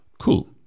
cool